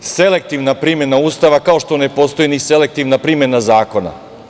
Ne postoji selektivna primena Ustava, kao što ne postoji ni selektivna primena zakona.